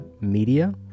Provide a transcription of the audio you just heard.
Media